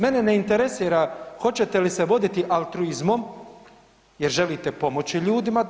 Mene ne interesira hoćete li se voditi altruizmom jer želite pomoći ljudima da